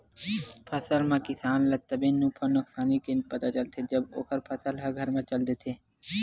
फसल म किसान ल तभे नफा नुकसानी के पता चलथे जब ओखर फसल ह घर म चल देथे